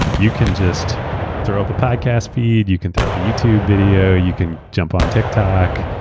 you can just throw up a podcast feed, you can throw up a youtube video, you can jump on tiktok.